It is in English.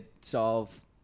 solve